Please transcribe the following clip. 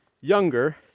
younger